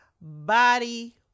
body